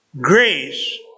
grace